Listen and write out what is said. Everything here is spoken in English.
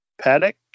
Paddock